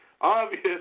obvious